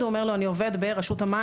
הוא אומר לו אני עובד ברשות המים,